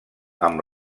amb